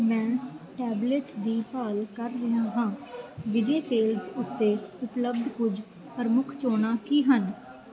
ਮੈਂ ਟੈਬਲੇਟ ਦੀ ਭਾਲ ਕਰ ਰਿਹਾ ਹਾਂ ਵਿਜੈ ਸੇਲਜ਼ ਉੱਤੇ ਉਪਲੱਬਧ ਕੁੱਝ ਪ੍ਰਮੁੱਖ ਚੋਣਾਂ ਕੀ ਹਨ